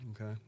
Okay